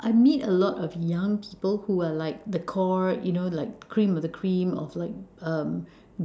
I meet a lot of young people who are like the core you know like cream of the cream of like uh